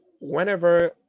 whenever